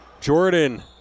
Jordan